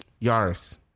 Yaris